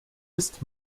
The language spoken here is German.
ist